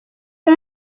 iyo